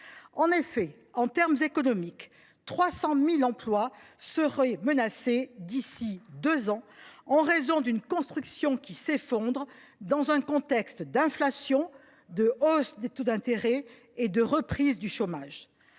ce qui est de l’économie, 300 000 emplois seraient menacés d’ici à deux ans en raison d’une construction qui s’effondre, dans un contexte d’inflation, de hausse des taux d’intérêt et de reprise du chômage.